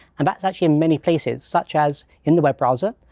and that's actually in many places, such as in the web browser,